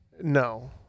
No